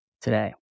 today